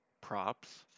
props